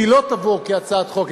שלא תבוא כהצעת חוק,